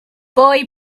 boy